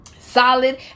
solid